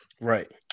Right